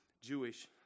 Jewish